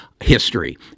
history